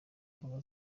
mbuga